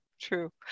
True